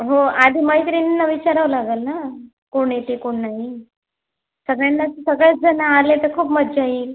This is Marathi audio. हो आधी मैत्रिणींना विचारावं लागेल ना कोण येते कोण नाही सगळ्यांनाच सगळेच जणं आले तर खूप मजा येईल